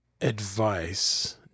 advice